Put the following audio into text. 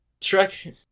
Shrek